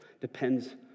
depends